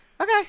okay